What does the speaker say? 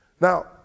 Now